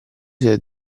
sia